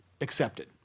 accepted